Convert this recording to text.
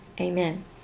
Amen